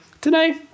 today